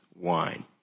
wine